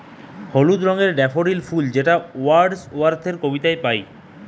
হলুদ রঙের ডেফোডিল ফুল যেটা ওয়ার্ডস ওয়ার্থের কবিতায় পাই